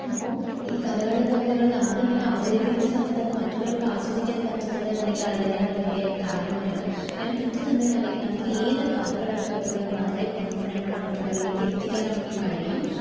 അപ്പോൾ ഈ കഥകളും കവിതകളും നമ്മളിങ്ങനെ അവതരിപ്പിക്കുന്ന സമയത്തു അത് മറ്റുള്ളവർക്ക് ആസ്വദിക്കാൻ പറ്റുന്നുണ്ട് എന്നുണ്ടെങ്കിൽ അത് തന്നെയാണ് വലിയ കാര്യമെന്ന് പറയുന്നത് അങ്ങനെ പറ്റുന്നുണ്ട് എന്നുണ്ടെങ്കിൽ നമുക്ക് ഏതു കഥകളും കവിതകളും വളരെ കോണ്ഫിഡന്റോടെ മറ്റുള്ളവരിൽ എത്തിക്കാൻ നമുക്ക് കഴിയും